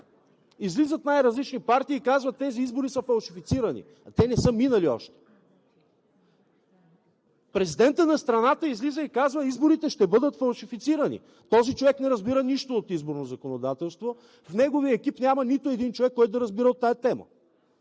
излизат най-различни партии и казват: тези избори са фалшифицирани, а те още не са минали. Президентът на страната излиза и казва: изборите ще бъдат фалшифицирани. Този човек не разбира нищо от изборно законодателство, в неговия екип няма нито един човек, който да разбира от тази тема,